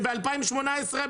ב-2018,